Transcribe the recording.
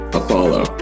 apollo